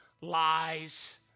lies